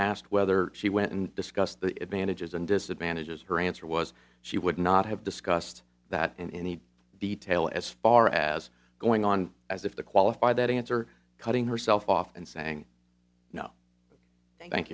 asked whether she went and discussed the advantages and disadvantages her answer was she would not have discussed that in any detail as far as going on as if to qualify that answer cutting herself off and saying no thank